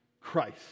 Christ